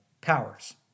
powers